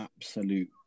absolute